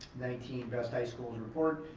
nineteen best high schools report,